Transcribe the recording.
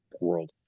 world